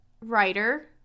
writer